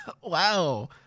Wow